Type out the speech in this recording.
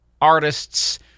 artists